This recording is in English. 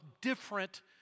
different